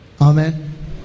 Amen